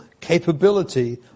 capability